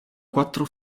quattro